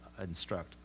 instruct